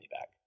back